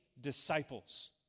disciples